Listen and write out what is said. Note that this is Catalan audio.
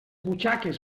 butxaques